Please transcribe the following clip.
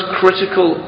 critical